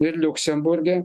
ir liuksemburge